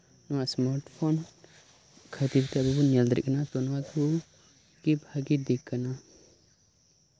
ᱱᱚᱣᱟ smart phone ᱠᱷᱟᱹᱛᱤᱨᱛᱮ ᱟᱵᱚ ᱵᱚᱱ ᱧᱮᱞ ᱧᱟᱢ ᱫᱟᱲᱮᱭᱟᱜ ᱠᱟᱱᱟ ᱱᱚᱣᱟ ᱠᱚᱜᱮ ᱵᱷᱟᱹᱜᱤ ᱫᱤᱠ ᱠᱟᱱᱟ